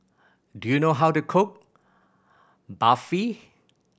do you know how to cook Barfi